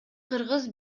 кыргыз